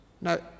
No